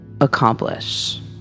accomplish